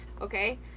okay